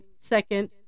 second